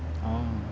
orh